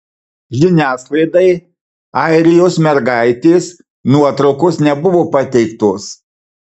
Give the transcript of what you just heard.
žiniasklaidai airijos mergaitės nuotraukos nebuvo pateiktos